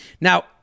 Now